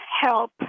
help